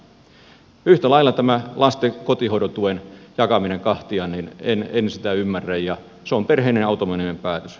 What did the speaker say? yhtä lailla tämä lasten kotihoidon tuen jakaminen kahtia en sitä ymmärrä ja se on perheen autonominen päätös